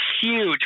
huge